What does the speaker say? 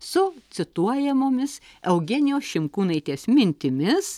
su cituojamomis eugenijos šimkūnaitės mintimis